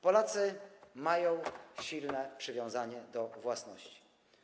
Polacy mają silne przywiązanie do własności.